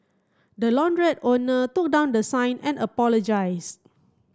the launderette owner took down the sign and apologised